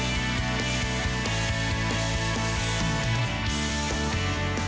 and